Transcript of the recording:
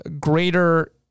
greater